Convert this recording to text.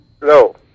Hello